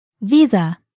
Visa